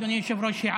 אדוני היושב-ראש,